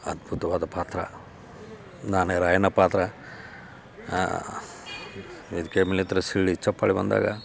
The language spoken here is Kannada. ಅದ್ಭುತವಾದ ಪಾತ್ರ ನಾನೇ ರಾಯಣ್ಣ ಪಾತ್ರ ವೇದಿಕೆ ಮೇಲೆ ನಿಂತರೆ ಶಿಳ್ಳೆ ಚಪ್ಪಾಳೆ ಬಂದಾಗ